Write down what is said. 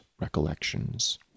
recollections